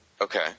Okay